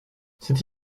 c’est